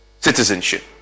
citizenship